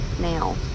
Now